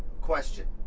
question,